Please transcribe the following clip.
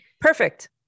Perfect